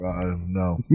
No